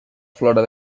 flora